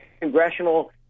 congressional